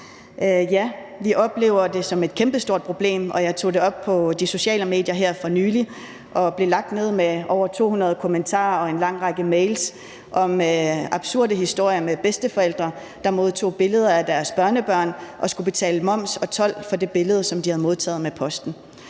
Ja, vi oplever det som et kæmpestort problem, og jeg tog det op på de sociale medier her for nylig og blev lagt ned med over 200 kommentarer og en lang række mails om absurde historier med bedsteforældre, der modtog billeder af deres børnebørn og skulle betale moms og told af det billede, som de havde modtaget med posten.